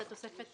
הייתה תוספת